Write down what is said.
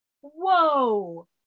whoa